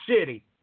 city